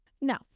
No